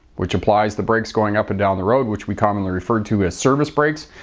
which applies the brakes going up and down the road, which we commonly refer to as service brakes.